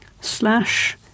slash